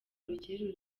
rukiri